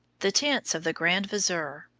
the tents of the grand vizier,